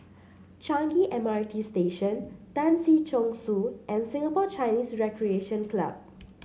Changi M R T Station Tan Si Chong Su and Singapore Chinese Recreation Club